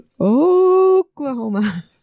Oklahoma